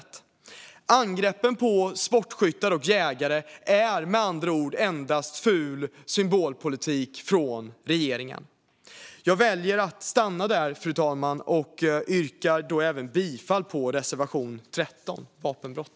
Angreppen på sportskyttar och jägare är med andra ord endast ful symbolpolitik från regeringen. Fru talman! Jag yrkar bifall till reservation 13 om vapenbrott.